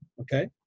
Okay